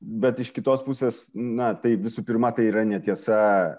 bet iš kitos pusės na tai visų pirma tai yra netiesa